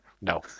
No